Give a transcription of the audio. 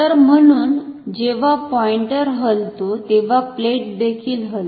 तर म्हणुन जेव्हा पॉइंटर हलतो तेव्हा प्लेट देखील हलते